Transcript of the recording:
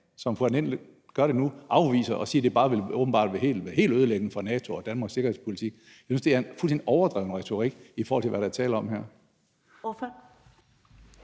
det nu, ved bare at afvise det og sige, at det åbenbart vil være helt ødelæggende for NATO og Danmarks sikkerhedspolitik? Jeg synes, at det er en fuldstændig overdreven retorik, i forhold til hvad der er tale om her.